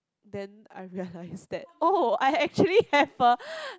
then I realise that oh I actually have a